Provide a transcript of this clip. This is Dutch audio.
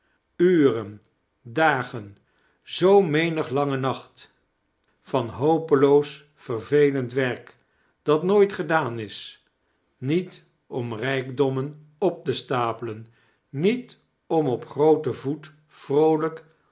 uren dagen zoo menig lange nacht van hopeloos vervelend werk dat nooit gedaan is niet om rijkdommen op te stapelen niet om op grooten voet vroolijk